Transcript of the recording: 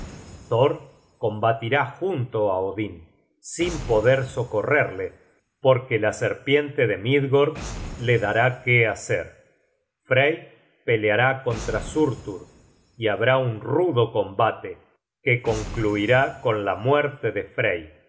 combatirá junto á odin sin poder socorrerle porque la serpiente de midgord le dará que hacer frey peleará contra surtur y habrá un rudo combate que concluirá con la muerte de frey